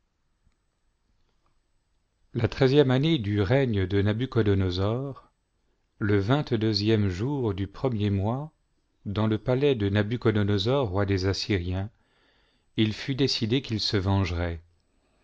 la treizième année du règne de nabucbodonosor le vingt-deuxième jour du premier mois dans le palais de nabuciiodonosor roi des assyriens il fut décidé qu'il se vengerait